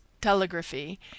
telegraphy